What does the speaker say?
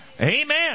Amen